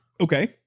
Okay